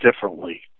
differently